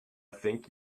think